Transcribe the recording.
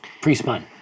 pre-spun